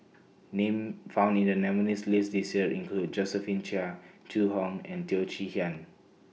Names found in The nominees' list This Year include Josephine Chia Zhu Hong and Teo Chee Hean